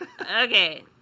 Okay